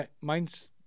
mine's